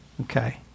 Okay